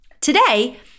Today